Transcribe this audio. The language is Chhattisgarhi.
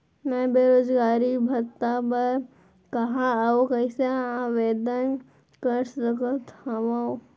मैं बेरोजगारी भत्ता बर कहाँ अऊ कइसे आवेदन कर सकत हओं?